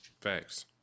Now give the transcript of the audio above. Facts